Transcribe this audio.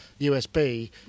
USB